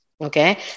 Okay